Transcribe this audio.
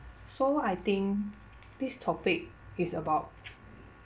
so I think this topic is about